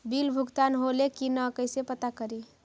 Bill भुगतान होले की न कैसे पता करी?